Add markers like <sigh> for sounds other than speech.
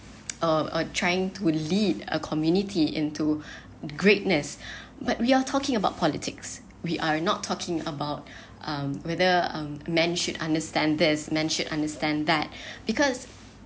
or uh trying to lead a community into <breath> greatness <breath> but we are talking about politics we are not talking about um whether um man should understand this man should understand that <breath> because